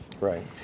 Right